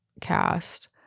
cast